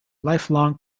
lifelong